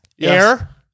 Air